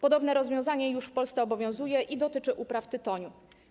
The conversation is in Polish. Podobne rozwiązanie w Polsce już obowiązuje i dotyczy upraw tytoniu.